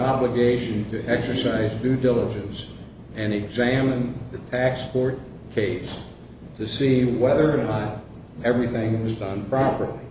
obligation to exercise due diligence and examine the tax court case to see whether or not everything is done properly